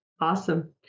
awesome